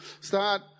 start